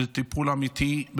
טיפול אמיתי,